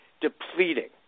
depleting